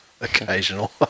Occasional